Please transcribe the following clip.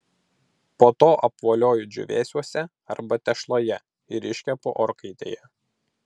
po to apvolioju džiūvėsiuose arba tešloje ir iškepu orkaitėje